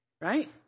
right